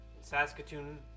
Saskatoon